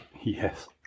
Yes